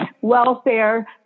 welfare